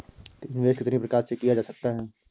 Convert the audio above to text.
निवेश कितनी प्रकार से किया जा सकता है?